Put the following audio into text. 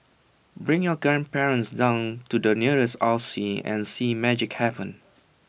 bring your grandparents down to the nearest R C and see magic happen